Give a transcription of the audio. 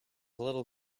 little